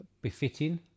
befitting